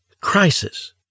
crisis